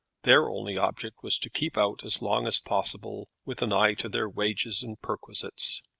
their only object was to keep out as long as possible, with an eye to their wages and perquisites.